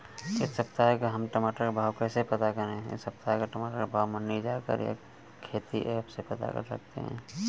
इस सप्ताह का हम टमाटर का भाव कैसे पता करें?